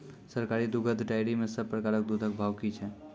सरकारी दुग्धक डेयरी मे सब प्रकारक दूधक भाव की छै?